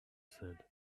said